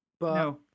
No